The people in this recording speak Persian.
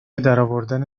درآوردن